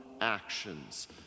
actions